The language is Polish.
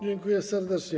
Dziękuję serdecznie.